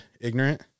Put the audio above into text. ignorant